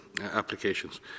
applications